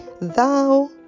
Thou